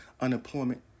unemployment